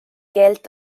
keelt